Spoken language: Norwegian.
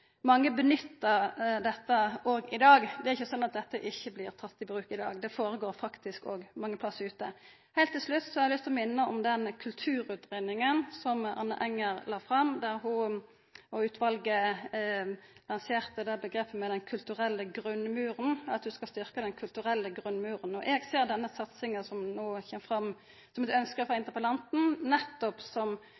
mange nyttar dette i dag. Det er ikkje slik at dette ikkje blir teke i bruk. Det føregår faktisk mange plassar. Heilt til slutt har eg lyst til å minna om den kulturutgreiinga som Anne Enger og utvalet som ho leia, la fram. Dei lanserte omgrepet «den kulturelle grunnmuren» – at ein skal styrka den kulturelle grunnmuren. Eg ser denne satsinga som no kjem fram, som eit ønske frå